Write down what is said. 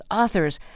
authors